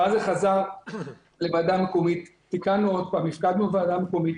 זה חזר לוועדה המקומית ושוב תיקנו והפקדנו בוועדה המקומית.